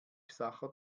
sacher